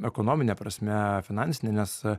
ekonomine prasme finansine nes